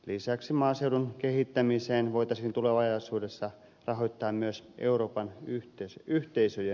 lisäksi maaseudun kehittämistä voitaisiin tulevaisuudessa rahoittaa myös euroopan yhteisöjen varoista